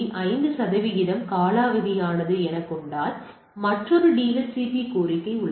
5 சதவிகிதம் காலாவதியானது என கொண்டால் பின்னர் மற்றொரு DHCP கோரிக்கை உள்ளது